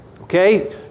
Okay